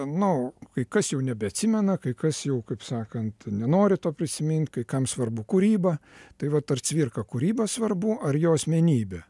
nu kai kas jau nebeatsimena kai kas jau kaip sakant nenori to prisimint kai kam svarbu kūryba tai vat ar cvirka kūryba svarbu ar jo asmenybė